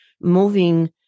moving